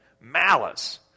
Malice